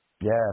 Yes